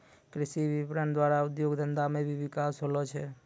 कृषि विपणन द्वारा उद्योग धंधा मे भी बिकास होलो छै